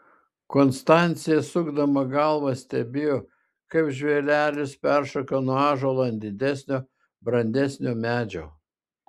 konstancija sukdama galvą stebėjo kaip žvėrelis peršoka nuo ąžuolo ant didesnio brandesnio medžio